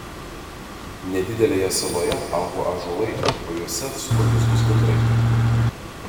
nedidelėje saloje augo ąžuolai o juose suko lizdus gandrai